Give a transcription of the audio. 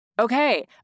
Okay